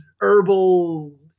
herbal